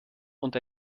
und